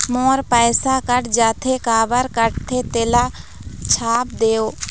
मोर पैसा कट जाथे काबर कटथे तेला छाप देव?